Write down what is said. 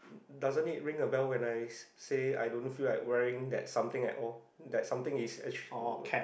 doesn't it ring a bell when I say I don't feel like wearing something at all that something is actually